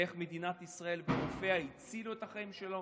איך מדינת ישראל ורופאיה הצילו את החיים שלו,